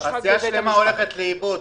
תעשייה שלמה הולכת לאיבוד.